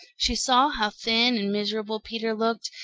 she saw how thin and miserable peter looked,